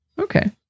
okay